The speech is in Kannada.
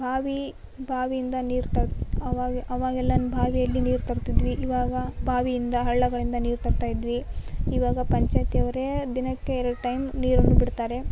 ಬಾವಿ ಬಾವಿಯಿಂದ ನೀರು ತೆಗ ಆವಾಗ ಆವಾಗೆಲ್ಲ ಬಾವಿಯಲ್ಲಿ ನೀರು ತರ್ತಿದ್ವಿ ಇವಾಗ ಬಾವಿಯಿಂದ ಹಳ್ಳಗಳಿಂದ ನೀರು ತರ್ತಾ ಇದ್ವಿ ಇವಾಗ ಪಂಚಾಯ್ತಿ ಅವರೆ ದಿನಕ್ಕೆ ಎರಡು ಟೈಮ್ ನೀರನ್ನು ಬಿಡ್ತಾರೆ